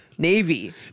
Navy